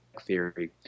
theory